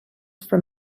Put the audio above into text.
from